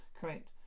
Correct